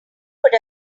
could